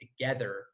together